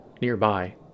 Nearby